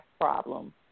problem